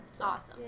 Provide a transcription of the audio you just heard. Awesome